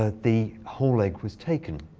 ah the whole egg was taken.